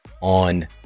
on